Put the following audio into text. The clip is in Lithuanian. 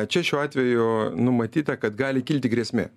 čia šiuo atveju numatyta kad gali kilti grėsmė